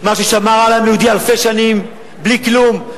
מה ששמר על העם היהודי אלפי שנים בלי כלום,